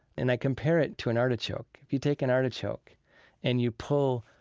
and i compare it to an artichoke. you take an artichoke and you pull,